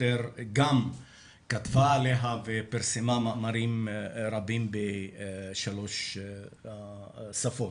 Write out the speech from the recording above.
גם כתבה עליה ופרסמה מאמרים רבים בשלוש שפות.